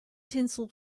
tinsel